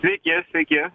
sveiki sveiki